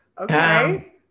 Okay